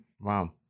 Wow